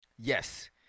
yes